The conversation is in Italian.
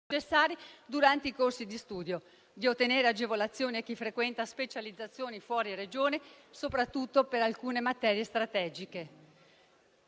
durante i corsi di studio; di ottenere agevolazioni a chi frequenta specializzazioni fuori Regione, soprattutto per alcune materie. Anche